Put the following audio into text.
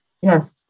yes